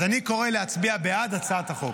אז אני קורא להצביע בעד הצעת החוק.